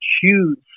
choose